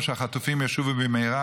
ושהחטופים ישובו במהרה,